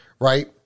Right